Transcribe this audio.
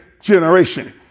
generation